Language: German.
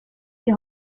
die